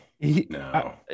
no